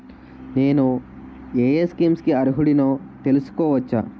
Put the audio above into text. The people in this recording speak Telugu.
నేను యే యే స్కీమ్స్ కి అర్హుడినో తెలుసుకోవచ్చా?